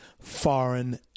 foreign